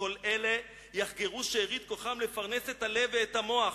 כל אלה יחגרו שארית כוחם לפרנס את הלב ואת המוח,